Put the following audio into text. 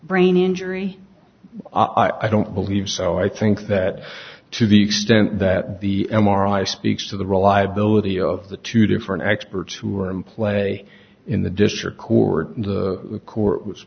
brain injury i don't believe so i think that to the extent that the m r i speaks to the reliability of the two different experts who are in play in the district court the court was